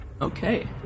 Okay